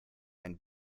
ein